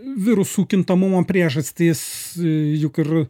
virusų kintamumo priežastys juk ir